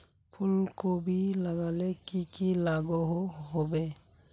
फूलकोबी लगाले की की लागोहो होबे?